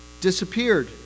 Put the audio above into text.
disappeared